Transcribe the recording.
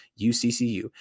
UCCU